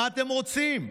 מה אתם רוצים?